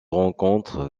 rencontre